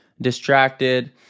distracted